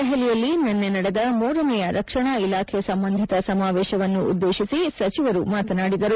ದೆಹಲಿಯಲ್ಲಿ ನಿನ್ನೆ ನಡೆದ ಮೂರನೆಯ ರಕ್ಷಣಾ ಇಲಾಖೆ ಸಂಬಂಧಿತ ಸಮಾವೇಶವನ್ನು ಉದ್ದೇಶಿಸಿ ಸಚಿವರು ಮಾತನಾಡಿದರು